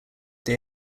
they